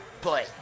play